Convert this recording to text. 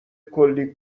کلی